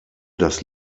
das